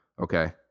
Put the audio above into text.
Okay